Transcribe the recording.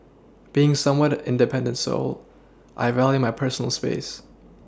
being somewhat independent soul I value my personal space